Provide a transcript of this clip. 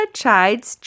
chides